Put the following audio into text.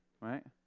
Right